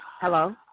Hello